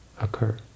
occur